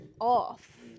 off